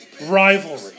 rivalry